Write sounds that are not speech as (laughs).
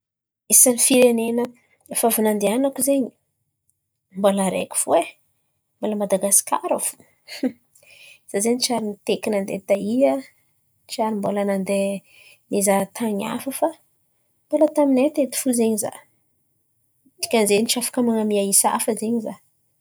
Isany firenena efa avy nandihanako zen̈y, mbola araiky fo e. Mbola Madagasikara fo. (laughs) Za zen̈y tsiary niteky nandeha taia. Tsiary mbola nandeha nizaha tan̈y hafa fa mbola taminay teto fo zen̈y za. Dikany zen̈y tsy afaka man̈amia isa hafa zen̈y za.